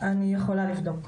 אני יכולה לבדוק.